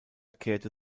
kehrte